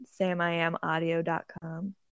samiamaudio.com